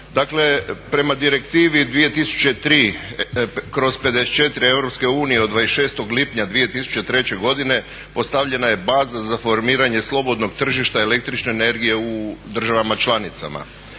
Dakle prema Direktivi 2003/54 EU od 26.lipnja 2003.godine postavljena je baza za formiranje slobodnog tržišta el.energije u državama članicama.